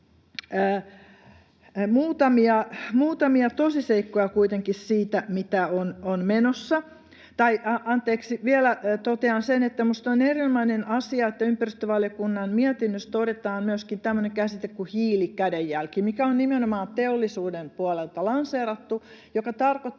keskusliitto sanoo tänä päivänä toisin. Vielä totean sen, että minusta on erinomainen asia, että ympäristövaliokunnan mietinnössä todetaan myöskin tämmöinen käsite kuin hiilikädenjälki, mikä on nimenomaan teollisuuden puolelta lanseerattu